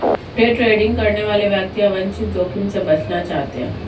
day trading करने वाले व्यक्ति अवांछित जोखिम से बचना चाहते हैं